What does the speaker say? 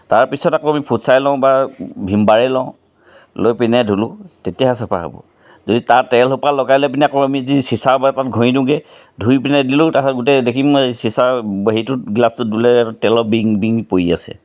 তাৰপিছত আমি আকৌ ফুটছাই লওঁ বা ভীমবাৰেই লওঁ লৈ পিনে ধুলোঁ তেতিয়াহে চাফা হ'ব যদি তাৰ তেলসোপা লগাই লৈ পিনে আকৌ আমি যি চিচাৰ বৈয়ামত ঘঁহি দিওঁগৈ ধুই পিনে দিলোঁ তাৰপিছত গোটেই দেখিম চিচাৰ হেৰিটোত গ্লাছটোৰ বোলে তেলৰ বিৰিঙি বিৰিঙি পৰি আছে